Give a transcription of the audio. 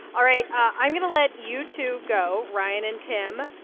all right. i'm going to let you two go, ryan and tim.